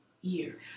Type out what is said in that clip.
year